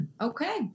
okay